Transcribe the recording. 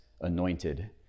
anointed